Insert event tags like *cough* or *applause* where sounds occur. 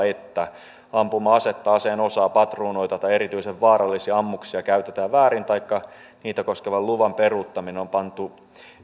*unintelligible* että ampuma asetta aseen osaa patruunoita tai erityisen vaarallisia ammuksia käytetään väärin taikka niitä koskevan luvan peruuttaminen on pantu